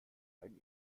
ein